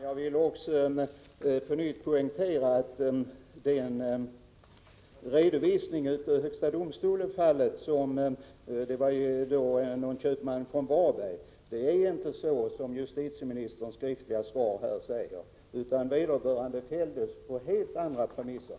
Herr talman! Beträffande redovisningen av fallet i högsta domstolen vill jag på nytt poängtera — det gällde en köpman från Varberg — att det inte är så som justitieministern säger i det skriftliga svaret, utan vederbörande fälldes på helt andra premisser.